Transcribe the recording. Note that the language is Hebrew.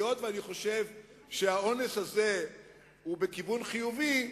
היות שאני חושב שהאונס הזה הוא בכיוון חיובי,